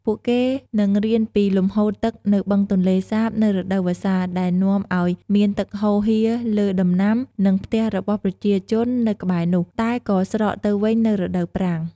ពួកគេនឹងរៀនពីលំហូរទឹកនៅបឹងទន្លេសាបនៅរដូវវស្សា ដែលនាំឱ្យមានទឹកហូរហៀរលើដំណាំ និងផ្ទះរបស់ប្រជាជននៅក្បែរនោះ តែក៏ស្រកទៅវិញនៅរដូវប្រាំង។